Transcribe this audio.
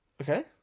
Okay